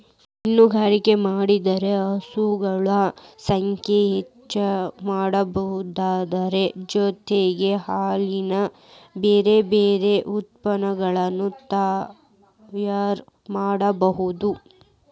ಹೈನುಗಾರಿಕೆ ಮಾಡೋದ್ರಿಂದ ಹಸುಗಳ ಸಂಖ್ಯೆ ಹೆಚ್ಚಾಮಾಡೋದರ ಜೊತೆಗೆ ಹಾಲಿನ ಬ್ಯಾರಬ್ಯಾರೇ ಉತ್ಪನಗಳನ್ನ ತಯಾರ್ ಮಾಡ್ಬಹುದು